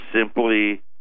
simply